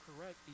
correct